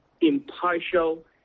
impartial